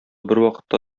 бервакытта